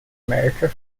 america